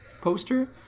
poster